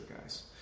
guys